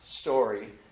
story